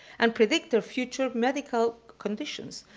and predict their future medical conditions,